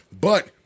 But-